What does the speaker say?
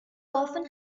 often